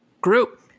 group